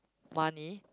money